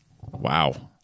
Wow